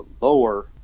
lower